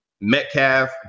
Metcalf